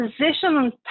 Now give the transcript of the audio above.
position